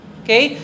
okay